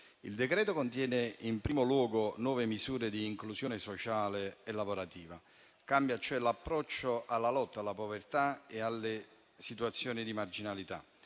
il decreto-legge contiene in primo luogo nuove misure di inclusione sociale e lavorativa. Cambia cioè l'approccio alla lotta alla povertà e alle situazioni di marginalità.